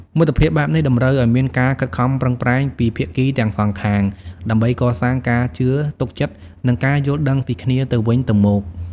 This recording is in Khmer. មិត្តភាពបែបនេះតម្រូវឲ្យមានការខិតខំប្រឹងប្រែងពីភាគីទាំងសងខាងដើម្បីកសាងការជឿទុកចិត្តនិងការយល់ដឹងពីគ្នាទៅវិញទៅមក។